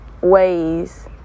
ways